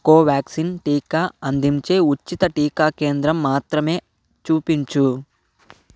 కోవ్యాక్సిన్ టీకా అందించే ఉచిత టీకా కేంద్రం మాత్రమే చూపించు